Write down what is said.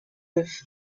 with